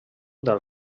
del